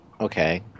Okay